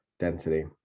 density